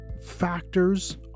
factors